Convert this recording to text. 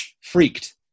Freaked